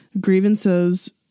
grievances